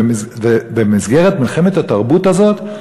במסגרת מלחמת התרבות הזאת,